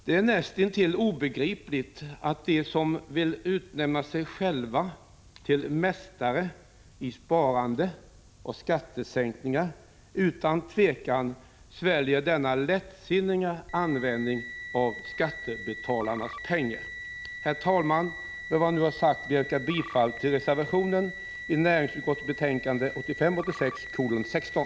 Det är näst intill obegripligt att de som vill utnämna sig själva till mästare i sparande och skattesänkningar utan tvekan sväljer denna lättsinniga användning av skattebetalarnas pengar. Herr talman! Med vad jag nu har sagt vill jag yrka bifall till reservationen i näringsutskottets betänkande 16.